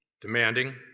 demanding